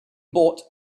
brought